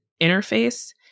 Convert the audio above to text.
interface